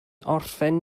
orffen